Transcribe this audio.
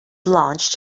launched